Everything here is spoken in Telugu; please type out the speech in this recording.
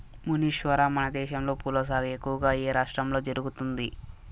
మునీశ్వర, మనదేశంలో పూల సాగు ఎక్కువగా ఏ రాష్ట్రంలో జరుగుతుంది